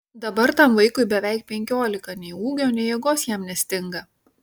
dabar tam vaikui beveik penkiolika nei ūgio nei jėgos jam nestinga